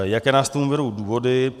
Jaké nás k tomu vedou důvody?